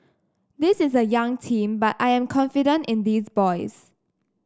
this is a young team but I am confident in these boys